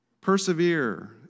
Persevere